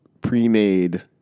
pre-made